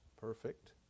perfect